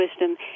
wisdom